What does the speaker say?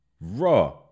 Raw